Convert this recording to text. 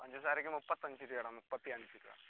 പഞ്ചസാരക്ക് മുപ്പത്തഞ്ച് രൂപയാട മുപ്പത്തി അഞ്ച് രൂപ